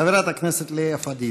חברת הכנסת לאה פדידה.